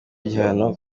gihano